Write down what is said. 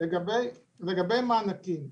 לגבי מענקים: